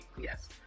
Yes